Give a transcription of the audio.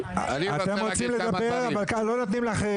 אתם רוצים לדבר אבל לא נותנים לאחרים